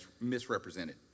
misrepresented